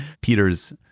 Peter's